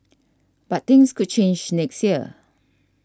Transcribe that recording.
but things could change next year